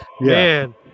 Man